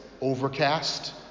overcast